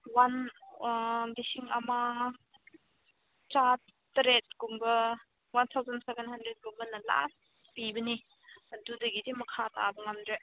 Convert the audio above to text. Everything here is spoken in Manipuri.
ꯋꯥꯟ ꯑꯥ ꯂꯤꯁꯤꯡ ꯑꯃ ꯆꯥꯇꯔꯦꯠ ꯀꯨꯝꯕ ꯋꯥꯟ ꯊꯥꯎꯖꯟ ꯁꯕꯦꯟ ꯍꯟꯗ꯭ꯔꯦꯗ ꯀꯨꯝꯕꯅ ꯂꯥꯁ ꯄꯤꯕꯅꯤ ꯑꯗꯨꯗꯒꯤꯗꯤ ꯃꯈꯥ ꯇꯥꯕ ꯉꯝꯗ꯭ꯔꯦ